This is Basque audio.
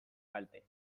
kalte